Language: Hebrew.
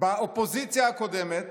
באופוזיציה הקודמת